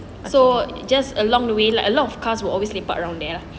so just along the way lah a lot of car will always lepak around there lah